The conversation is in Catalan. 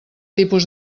tipus